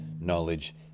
knowledge